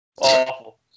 Awful